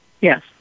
Yes